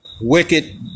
wicked